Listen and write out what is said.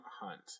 Hunt